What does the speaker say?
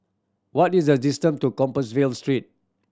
what is the distant to Compassvale Street